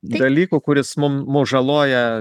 dalyku kuris mum mus žaloja